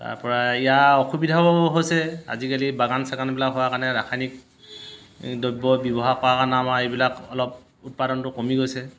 তাৰপৰা ইয়াৰ অসুবিধাও হৈছে আজিকালি বাগান চাগানবিলাক হোৱাৰ কাৰণে ৰাসায়নিক দ্ৰব্য ব্যৱহাৰ কৰাৰ কাৰণে আমাৰ এইবিলাক অলপ উৎপাদনটো কমি গৈছে